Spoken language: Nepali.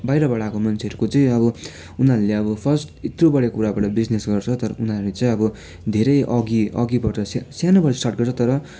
बाहिरबाट आएको मान्छेहरूको चाहिँ अब उनीहरूले अब फर्स्ट यत्रोबाट कुराबाट बिजनेस गर्छ तर उनीहरूले चाहिँ अब धेरै अघि अघिबाट सानो सानोबाट स्टार्ट गर्छ तर